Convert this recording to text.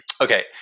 Okay